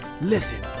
listen